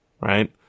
right